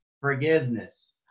forgiveness